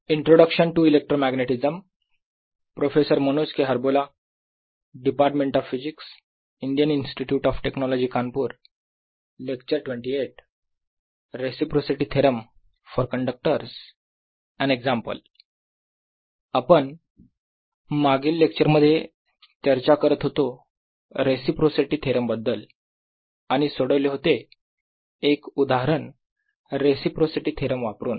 reciprocity theorem for conductors II an example आपण मागील lecture मध्ये चर्चा करत होतो रेसिप्रोसिटी थेरम बद्दल आणि सोडवले होते एक उदाहरण रेसिप्रोसिटी थेरम वापरून